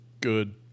good